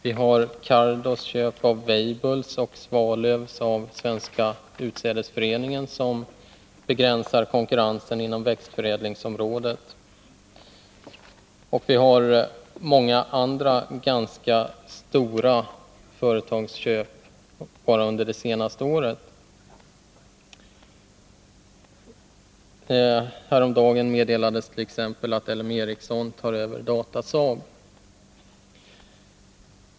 Vi har Cardos köp av Weibull och Svalöfs köp av Svenska Utsädesföreningen, som begränsar konkurrensen inom växtförädlingsområdet. Många andra, ganska stora företagsköp har också ägt rum under det senaste året. Häromdagen meddelades t.ex. att LM Ericsson tar över Datasaab.